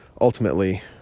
ultimately